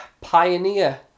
pioneer